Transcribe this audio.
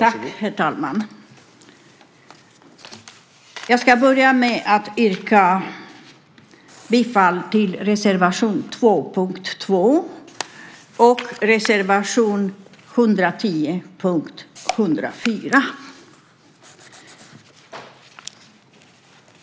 Herr talman! Jag ska börja med att yrka bifall till reservation 2 under punkt 2 och reservation 110 under punkt 104.